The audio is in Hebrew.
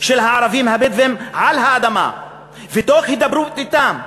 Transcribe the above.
של הערבים הבדואים על האדמה ותוך הידברות אתם.